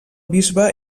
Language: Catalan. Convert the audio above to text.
bisbe